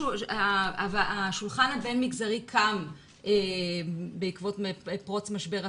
השולחן הבין-מגזרי קם בעקבות פרוץ משבר הקורונה.